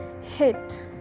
hit